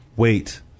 wait